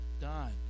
done